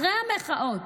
אחרי המחאות,